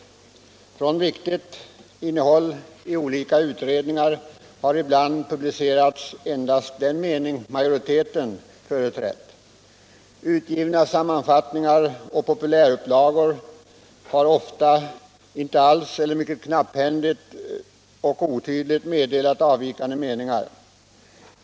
Från viktigt innehåll i olika utredningar har ibland publicerats endast den mening majoriteten företrätt. Utgivna sammanfattningar och populärupplagor har ofta inte alls eller mycket knapphändigt och otydligt meddelat avvikande meningar.